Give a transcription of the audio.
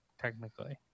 Technically